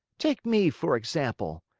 take me, for example.